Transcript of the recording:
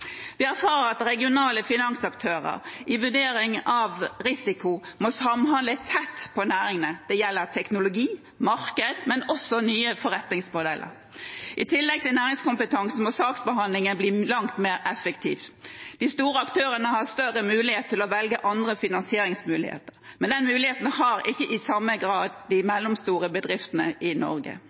at regionale finansaktører i vurdering av risiko må samhandle tett på næringene. Det gjelder teknologi og marked, men også nye forretningsmodeller. I tillegg til næringskompetanse må saksbehandlingen bli langt mer effektiv. De store aktørene har større mulighet til å velge andre finansieringsmuligheter, men den muligheten har ikke i samme grad de mellomstore bedriftene i Norge.